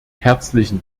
herzlichen